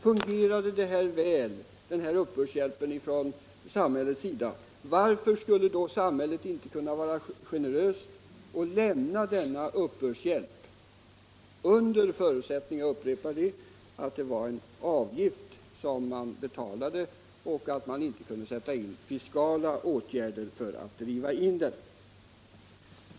Fungerade uppbördshjälpen från samhällets sida väl, frågade vi oss varför samhället inte skulle kunna vara generöst och lämna denna uppbördshjälp även i fortsättningen. Förutsättningen härför skulle vara — jag upprepar det — att det var en avgift och att det inte skulle vara möjligt att sätta in fiskala åtgärder för att driva in den.